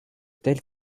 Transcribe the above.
telles